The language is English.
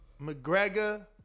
McGregor